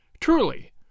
Truly